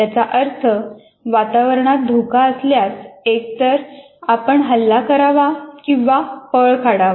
याचा अर्थ वातावरणात धोका असल्यास एकतर आपण हल्ला करावा किंवा पळ काढावा